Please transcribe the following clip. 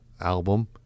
album